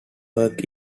work